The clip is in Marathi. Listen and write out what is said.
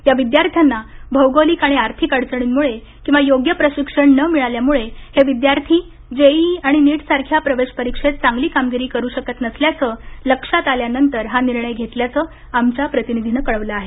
या विद्यार्थ्यांना भौगोलिक आणि आर्थिक अडचणींमुळे किंवा योग्य प्रशिक्षण न मिळाल्यामुळे हे विद्यार्थी जेईई आणि नीट सारख्या प्रवेश परीक्षेत चांगली कामगिरी करू शकत नसल्याचं लक्षात आल्यानंतर हा निर्णय घेतल्याचं आमच्या प्रतिनिधीनं कळवलं आहे